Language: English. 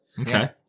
Okay